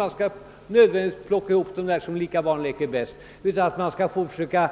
Man skall inte nödvändigtvis plocka ihop barn efter principen att lika barn leka bäst utan man skall försöka